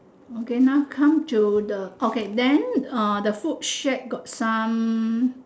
okay now come to the okay then uh the food shack got some